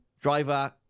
Driver